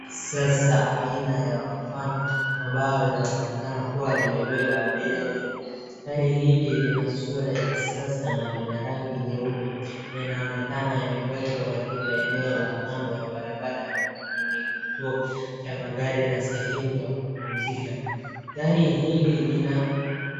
Sasa aina ya van ambayo linaonekana kuwa limebeba abiria wengi. Gari hili lina sura ya kisasa na lina rangi nyeupe. Linaonekana limeegeshwa katika eneo la kando ya barabara vingine kituo cha magari na sehemu ya kupumzika. Gari hili lina